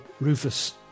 Rufus